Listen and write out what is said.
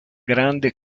grande